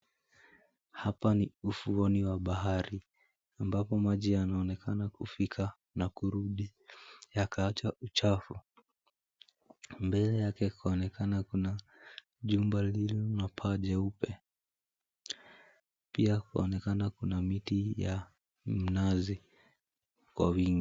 Hapa ni Ufuoni wa bahari ambapo maji yanaonekana kufika na kurudi yakaacha uchafu. Mbele yake kwaonekana kuna jumba lililo na paa jeupe, pia kunaonekana kuna miti ya mnazi kwa wingi.